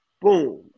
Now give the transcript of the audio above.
boom